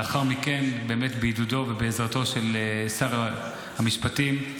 לאחר מכן, בעידודו ובעזרתו של שר המשפטים,